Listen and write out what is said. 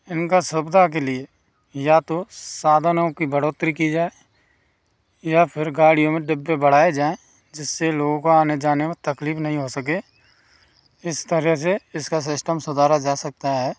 इनका सुविधा के लिए या तो साधनों कि बढ़ोत्तरी कि जाए या फिर गाड़ियों में डिब्बे बढ़ाए जाएँ जिससे लोगों को आने जाने में तकलीफ नहीं हो सके इस तरह से इसका सिस्टम सुधारा जा सकता है